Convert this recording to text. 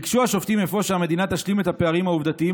ביקשו השופטים אפוא שהמדינה תשלים את הפערים העובדתיים